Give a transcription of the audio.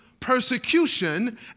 persecution